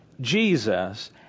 Jesus